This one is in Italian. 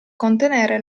contenere